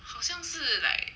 好像是 like